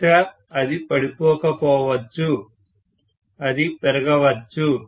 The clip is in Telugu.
బహుశా అది పడిపోకపోవచ్చు అది పెరగవచ్చు